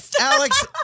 Alex